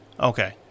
Okay